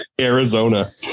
Arizona